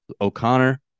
O'Connor